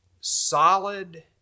solid